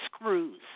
screws